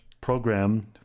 program